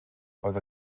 oedd